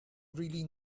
really